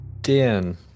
Dan